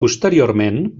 posteriorment